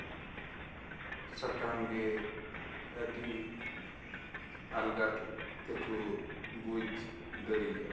ᱥᱟᱛᱟᱢ ᱜᱮ ᱟᱹᱰᱤ ᱟᱞᱜᱟ ᱛᱮᱠᱚ ᱵᱩᱡᱽ ᱫᱟᱲᱮᱭᱟᱜᱼᱟ